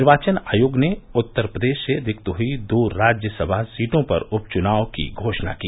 निर्वाचन आयोग ने उत्तर प्रदेश से रिक्त हुई दो राज्य सभा सीटों पर उपचुनाव की घोषणा की